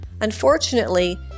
Unfortunately